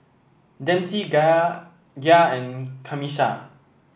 Dempsey Ga Gia and Camisha